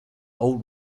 old